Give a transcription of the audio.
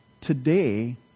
today